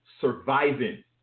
surviving